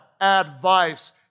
Advice